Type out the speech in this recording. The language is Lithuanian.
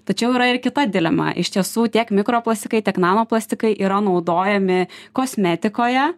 tačiau yra ir kita dilema iš tiesų tiek mikro plastikai tiek nano plastikai yra naudojami kosmetikoje